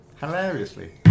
Hilariously